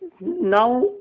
now